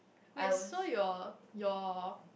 wait so your your